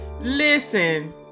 Listen